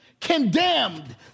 condemned